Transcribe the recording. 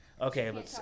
Okay